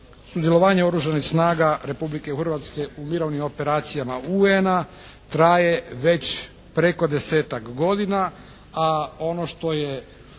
Sudjelovanje oružanih snaga Republike Hrvatske u mirovnim operacijama UN-a traje već preko 10-tak godina, a ono što je